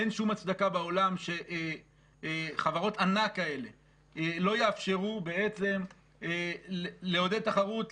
אין שום הצדקה בעולם שחברות ענק האלה לא יאפשרו בעצם לעודד תחרות,